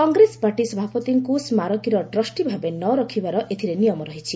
Congress party ସଭାପତିଙ୍କୁ ସ୍କାରକୀର trustee ଭାବେ ନ ରଖିବାର ଏଥିରେ ନିୟମ ରହିଛି